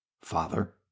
Father